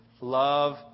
love